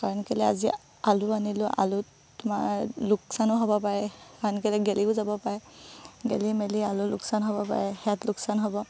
কাৰণ কেলৈ আজি আলু আনিলোঁ আলুত তোমাৰ লোকচানো হ'ব পাৰে কাৰণ কেলৈ গেলিও যাব পাৰে গেলি মেলি আলু লোকচান হ'ব পাৰে হেয়াত লোকচান হ'ব